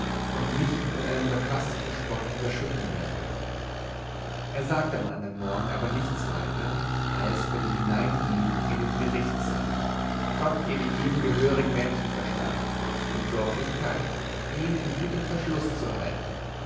und mich mit einem sarkastischen spott überschütten werde er sagte am andern morgen aber nichts weiter als bei dem hineingehen in den gerichtssaal gott gebe jedem gehörigen menschenverstand und sorglichkeit ihn in gutem verschluß zu halten